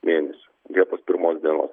mėnesio liepos pirmos dienos